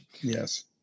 yes